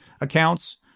accounts